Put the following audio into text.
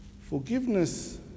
Forgiveness